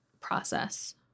process